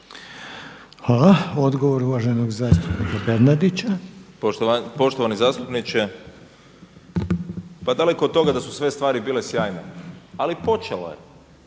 Hvala. Odgovor uvaženog zastupnika Bernardića. **Bernardić, Davor (SDP)** Poštovani zastupniče, pa daleko od toga da su sve stvari bile sjajne, ali počelo je,